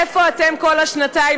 איפה אתם כל השנתיים?